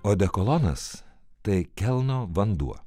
odekolonas tai kelno vanduo